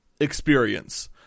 experience